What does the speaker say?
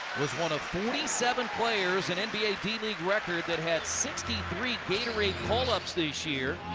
was one of forty seven players and in nba d-league record that had sixty three gatorade call-ups this year.